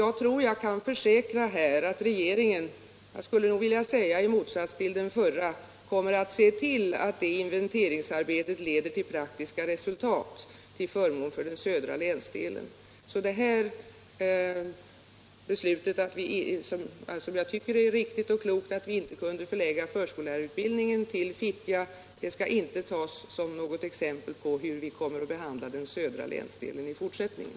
Jag tror också att jag kan försäkra att den nuvarandere= LL geringen — jag skulle nog vilja säga i motsats till den förra — kommer Om förskollärarutatt se till, att detta inventeringsarbete leder till praktiska resultat till — bildningen i förmån för den södra länsdelen. Det som jag tycker riktiga och kloka Stockholmsregiobeslutet att inte förlägga utbildningen till Fittja bör inte tas som något = nen exempel på hur vi kommer att behandla den södra länsdelen i fortsättningen.